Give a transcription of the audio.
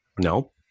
No